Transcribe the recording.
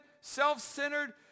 self-centered